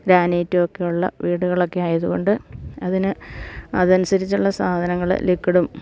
ഗ്രാനൈറ്റുവൊക്കെയുള്ള വീടുകളൊക്കെ ആയതുകൊണ്ട് അതിന് അതനുസരിച്ചുള്ള സാധനങ്ങള് ലിക്വിഡും